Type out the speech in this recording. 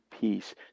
peace